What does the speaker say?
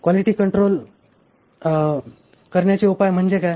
quality control करण्याचे उपाय म्हणजे काय